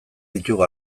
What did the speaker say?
ditugu